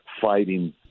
fighting